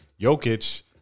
Jokic